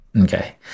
Okay